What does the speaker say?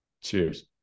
cheers